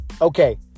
Okay